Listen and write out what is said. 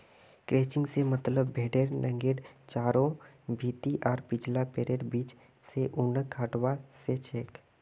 crutching से मतलब भेडेर नेंगड चारों भीति आर पिछला पैरैर बीच से ऊनक हटवा से छ